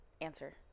Answer